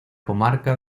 comarca